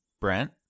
Brent